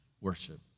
worship